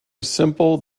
simple